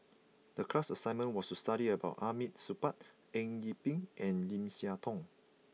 the class assignment was to study about Hamid Supaat Eng Yee Peng and Lim Siah Tong